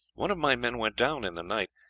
one of my men went down in the night,